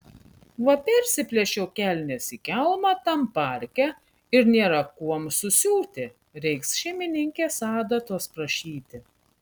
va persiplėšiau kelnes į kelmą tam parke ir nėra kuom susiūti reiks šeimininkės adatos prašyti